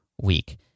week